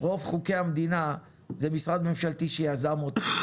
רוב חוקי המדינה זה משרד ממשלתי שיזם אותם,